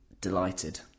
delighted